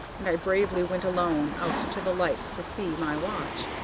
and i bravely went alone out to the light to see my watch,